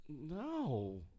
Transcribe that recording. No